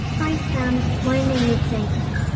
hi, sam. my name is nate.